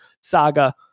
saga